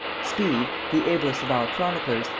speed, the ablest of our chroniclers,